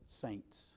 saints